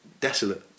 desolate